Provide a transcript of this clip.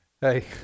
Hey